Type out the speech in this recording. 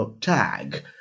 tag